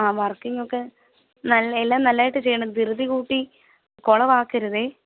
ആ വര്ക്കിങ്ങ് ഒക്കെ നല്ല എല്ലാം നല്ലതായിട്ട് ചെയ്യണം ധൃതി കൂട്ടി കുളം ആക്കരുതേ